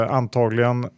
antagligen